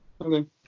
Okay